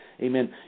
Amen